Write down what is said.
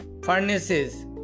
furnaces